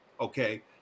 Okay